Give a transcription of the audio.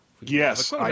yes